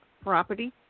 property